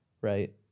right